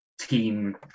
team